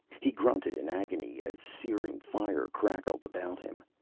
he grunted in agony as searing fire crackled about him,